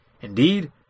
Indeed